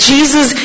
Jesus